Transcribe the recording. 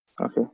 Okay